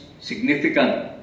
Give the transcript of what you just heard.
Significant